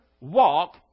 walk